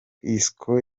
isco